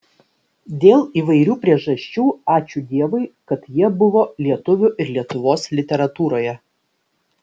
dėl įvairių priežasčių ačiū dievui kad jie buvo lietuvių ir lietuvos literatūroje